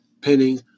pinning